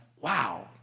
wow